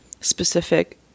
specific